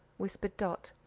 whispered dot.